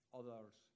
others